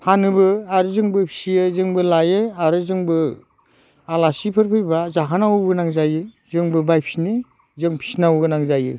फानोबो आरो जोंबो फियो जोंबो लायो आरो जोंबो आलासिफोर फैब्ला जाहोनांगौ गोनां जायो जोंबो बायफिनो जों फिनांगौ गोनां जायो